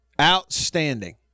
outstanding